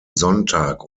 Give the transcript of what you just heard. sonntag